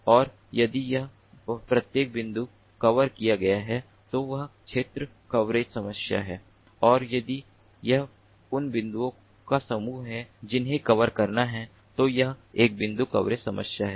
और यदि यह प्रत्येक बिंदु कवर किया गया है तो वह क्षेत्र कवरेज समस्या है और यदि यह उन बिंदुओं का समूह है जिन्हें कवर करना है तो यह एक बिंदु कवरेज समस्या है